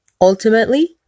ultimately